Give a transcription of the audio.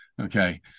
Okay